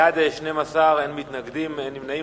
בעד 12, אין מתנגדים ואין נמנעים.